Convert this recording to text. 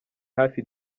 hafi